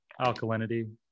alkalinity